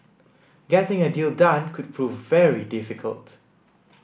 getting a deal done could prove very difficult